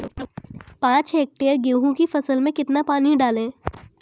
पाँच हेक्टेयर गेहूँ की फसल में कितना पानी डालें?